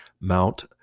Mount